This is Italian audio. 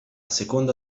seconda